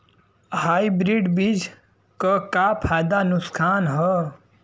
Hybrid बीज क का फायदा नुकसान ह?